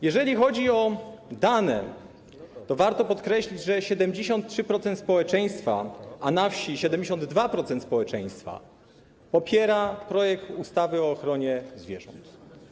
Jeżeli chodzi o dane, to warto podkreślić, że 73% społeczeństwa, a na wsi - 72% społeczeństwa popiera projekt ustawy o ochronie zwierząt.